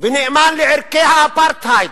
ונאמן לערכי האפרטהייד.